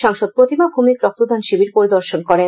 সাংসদ প্রতিমা ভৌমিক রক্তদান শিবির পরিদর্শন করেন